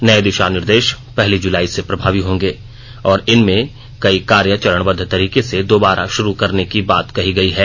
नए दिशा निर्देश पहली जुलाई से प्रभावी होंगे और इनमें कई कार्य चरणबद्व तरीके से दोबारा शुरु करने की बात कही गई है